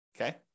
Okay